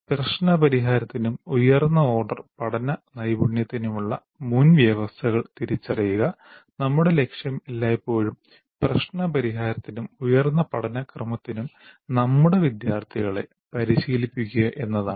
പ്രശ്ന പരിഹാരത്തിനും ഉയർന്ന ഓർഡർ പഠന നൈപുണ്യത്തിനുമുള്ള മുൻവ്യവസ്ഥകൾ തിരിച്ചറിയുക നമ്മുടെ ലക്ഷ്യം എല്ലായ്പ്പോഴും പ്രശ്ന പരിഹാരത്തിനും ഉയർന്ന പഠന ക്രമത്തിനും നമ്മുടെ വിദ്യാർത്ഥികളെ പരിശീലിപ്പിക്കുക എന്നതാണ്